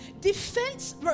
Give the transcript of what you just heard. defense